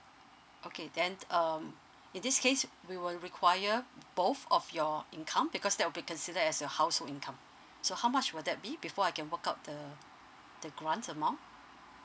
okay then um in this case we will require both of your income because that we consider as a household income so how much will that be before I can work out the grant amount